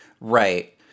Right